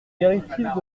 directive